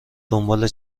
دنبال